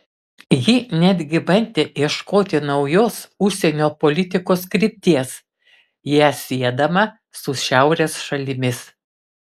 ji netgi bandė ieškoti naujos užsienio politikos krypties ją siedama su šiaurės šalimis